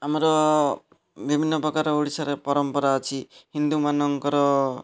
ଆମର ବିଭିନ୍ନପ୍ରକାର ଓଡ଼ିଶାରେ ପରମ୍ପରା ଅଛି ହିନ୍ଦୁମାନଙ୍କର